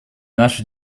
наша